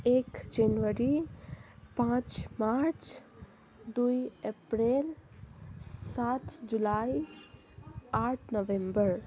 एक जनवरी पाँच मार्च दुई अप्रेल सात जुलाई आठ नोभेम्बर